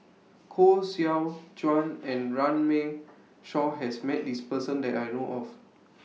Koh Seow Chuan and Runme Shaw has Met His Person that I know of